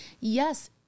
yes